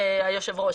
היושב ראש,